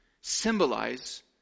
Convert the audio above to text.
symbolize